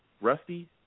Rusty